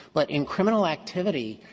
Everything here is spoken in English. but in criminal activity,